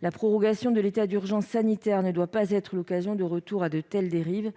La prorogation de l'état d'urgence sanitaire ne doit pas être l'occasion d'un retour à de telles dérives.